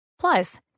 Plus